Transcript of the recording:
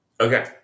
Okay